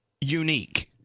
unique